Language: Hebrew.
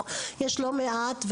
יש לא מעט סיבות.